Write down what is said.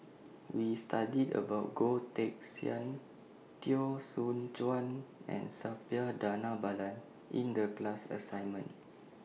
We studied about Goh Teck Sian Teo Soon Chuan and Suppiah Dhanabalan in The class assignment